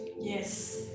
Yes